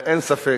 לפני.